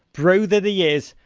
bro that he is,